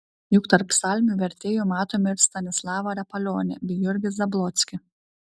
juk tarp psalmių vertėjų matome ir stanislavą rapalionį bei jurgį zablockį